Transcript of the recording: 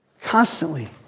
constantly